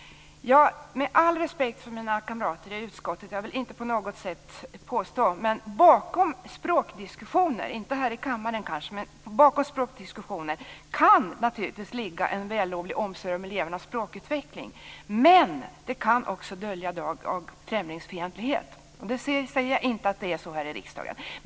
Med all respekt för mina kamrater i utskottet - jag vill inte på något sätt påstå något - vill jag ändå säga att bakom språkdiskussioner - inte här i kammaren kanske - kan naturligtvis ligga en vällovlig omsorg om elevernas språkutveckling. Men de kan också dölja drag av främlingsfientlighet. Jag säger dock inte att det är så här i riksdagen.